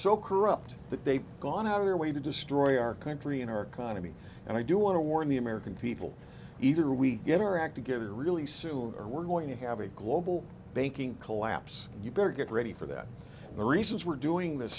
so corrupt that they've gone out of their way to destroy our country and our economy and i do want to warn the american people either we get our act together really soon or we're going to have a global banking collapse you better get ready for that the reasons we're doing this